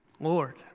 Lord